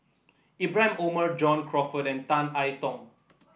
Ibrahim Omar John Crawfurd and Tan I Tong